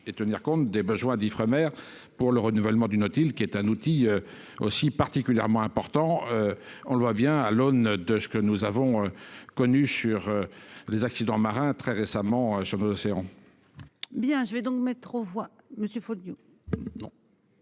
et tenir compte des besoins d'Ifremer pour le renouvellement du Nautile qui est un outil aussi particulièrement important. On le voit bien à l'aune de ce que nous avons. Connues sur les accidents marin très récemment je me l'océan. Bien je vais donc mettre aux voix monsieur